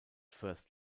first